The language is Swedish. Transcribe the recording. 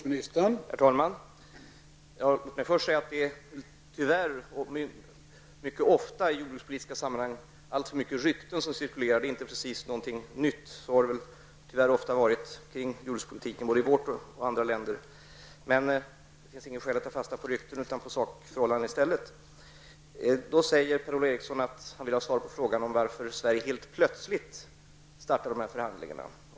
Herr talman! Det cirkulerar ofta alltför många rykten i jordbrukspolitiska sammanhang. Det är inte någonting nytt. Så har det tyvärr varit ofta kring jordbrukspolitiken både i vårt land och i andra länder. Det finns inget skäl att ta fasta på rykten, utan man bör i stället ta fasta på sakförhållandet. Per-Ola Eriksson säger att han vill ha svar på frågan om varför Sverige helt plötsligt startar dessa förhandlingar.